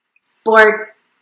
sports